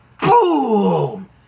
boom